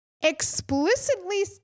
explicitly